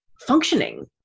functioning